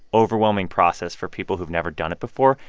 overwhelming process for people who've never done it before.